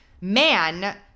man